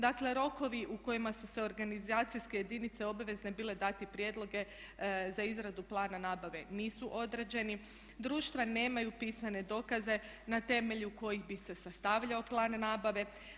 Dakle, rokovi u kojima su se organizacijske jedinice obavezne bile dati prijedloge za izradu plana nabave nisu određeni, društva nemaju pisane dokaze na temelju kojih bi se sastavljao plan nabave.